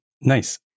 Nice